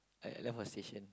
I I left my station